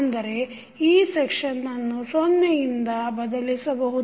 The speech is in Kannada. ಅಂದರೆ ಈ ಸೆಕ್ಷನ್ನನ್ನು ಸೊನೆಯಿಂದ ಬದಲಿಸಬಹುದು